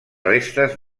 restes